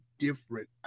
different